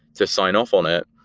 just sign off on it.